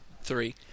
three